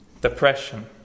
Depression